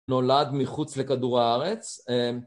נולד מחוץ לכדור הארץ. אאממ